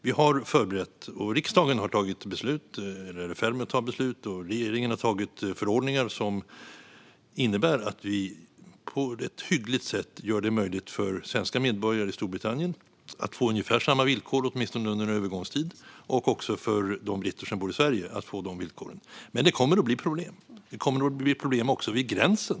Vi har förberett oss: Riksdagen har fattat eller är i färd med att fatta beslut och regeringen har antagit förordningar som innebär att vi på ett hyggligt sätt gör det möjligt för svenska medborgare i Storbritannien att få ungefär samma villkor, åtminstone under en övergångstid, och också för de britter som bor i Sverige att få sådana villkor. Det kommer dock att bli problem. Det kommer också att bli problem vid gränsen.